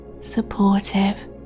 supportive